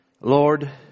Lord